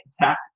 attack